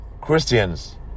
Christians